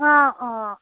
অঁ অঁ